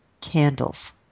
candles